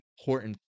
important